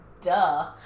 duh